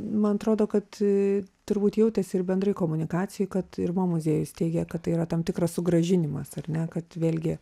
man atrodo kad turbūt jautėsi ir bendrai komunikacijoj kad ir mo muziejus teigė kad tai yra tam tikras sugrąžinimas ar ne kad vėlgi